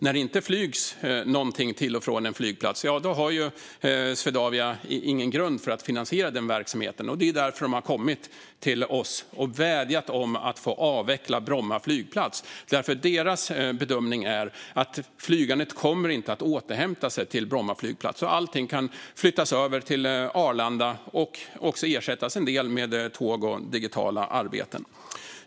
När det inte flygs till och från en flygplats finns det ingen grund för Swedavia att finansiera denna verksamhet, och därför har Swedavia vädjat om att få avveckla Bromma flygplats. Swedavias bedömning är nämligen att flygandet till och från Bromma flygplats inte kommer att återhämta sig. Därför kan flygtrafiken flyttas över till Arlanda och även till viss del ersättas av tåg och digitalt arbete.